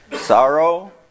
Sorrow